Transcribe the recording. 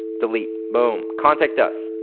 delete, boom. contact us.